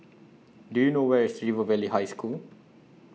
Do YOU know Where IS River Valley High School